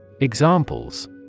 Examples